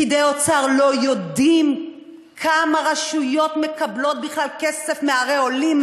פקידי אוצר לא יודעים כמה רשויות מקבלות בכלל כסף מערי עולים,